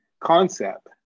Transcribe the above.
concept